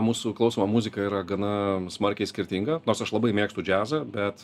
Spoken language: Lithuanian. mūsų klausoma muzika yra gana smarkiai skirtinga nors aš labai mėgstu džiazą bet